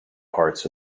parts